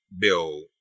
bill